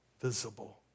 visible